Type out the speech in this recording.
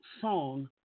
song